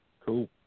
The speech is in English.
Cool